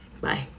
Bye